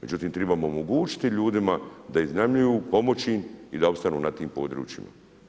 Međutim, trebamo omogućiti ljudima da iznajmljuju, pomoći im i da ostanu na tim područjima.